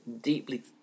deeply